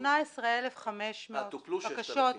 18,500 בקשות מקלט.